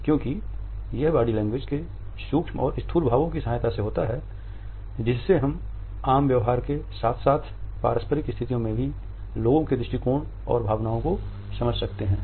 क्योंकि यह body language के सूक्ष्म और स्थूल भावों की सहायता से होता है जिससे हम आम व्यवहार के साथ साथ पारस्परिक स्थितियों में भी लोगों के दृष्टिकोण और भावनाओं को समझ सकते हैं